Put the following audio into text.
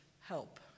help